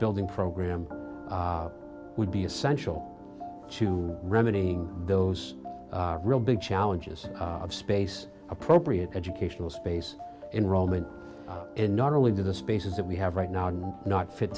building program would be essential to remedying those real big challenges of space appropriate educational space enrollment and not only do the spaces that we have right now not fit